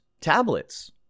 tablets